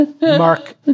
Mark